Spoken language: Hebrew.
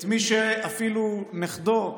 את מי שאפילו נכדו,